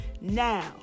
Now